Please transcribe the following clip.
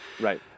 Right